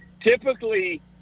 typically